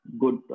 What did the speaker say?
good